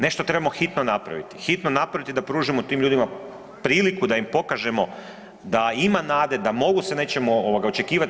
Nešto trebamo hitno napraviti, hitno napraviti da pružimo tim ljudima priliku da im pokažemo da ima nade, da mogu se nečemu očekivati.